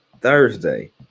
thursday